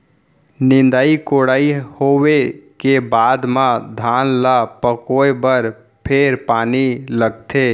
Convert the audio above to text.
निंदई कोड़ई होवे के बाद म धान ल पकोए बर फेर पानी लगथे